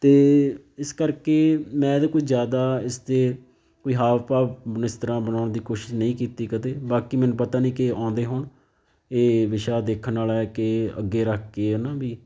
ਅਤੇ ਇਸ ਕਰਕੇ ਮੈਂ ਅਤੇ ਕੋਈ ਜ਼ਿਆਦਾ ਇਸਦੇ ਕੋਈ ਹਾਵ ਭਾਵ ਇਸ ਤਰ੍ਹਾਂ ਬਣਾਉਣ ਦੀ ਕੋਸ਼ਿਸ਼ ਨਹੀਂ ਕੀਤੀ ਕਦੇ ਬਾਕੀ ਮੈਨੂੰ ਪਤਾ ਨਹੀਂ ਕਿ ਆਉਂਦੇ ਹੋਣ ਇਹ ਵਿਸ਼ਾ ਦੇਖਣ ਵਾਲਾ ਕਿ ਅੱਗੇ ਰੱਖ ਕੇ ਹੈ ਨਾ ਵੀ